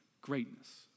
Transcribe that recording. Greatness